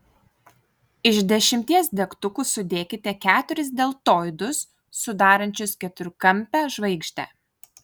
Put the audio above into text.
iš dešimties degtukų sudėkite keturis deltoidus sudarančius keturkampę žvaigždę